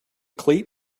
cleat